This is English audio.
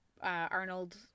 Arnold